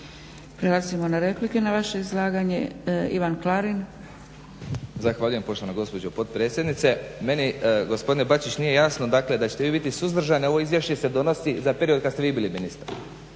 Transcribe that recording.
Prelazimo na replike na vaše izlaganje. Ivan Klarin. **Klarin, Ivan (SDP)** Zahvaljujem poštovana gospođo potpredsjednice. Meni gospodine Bačić nije jasno da ćete vi biti suzdržani a ovo izvješće se donosi za period kada ste vi bili ministar.